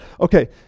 Okay